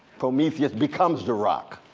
prometheus becomes the rock.